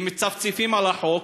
מצפצפים על החוק,